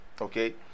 okay